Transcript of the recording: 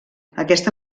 aquesta